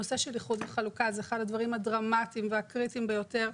הנושא של איחוד וחלוקה זה אחד הדברים הדרמטיים והקריטיים ביותר,